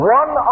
one